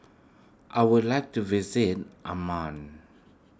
I would like to visit Amman